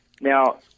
Now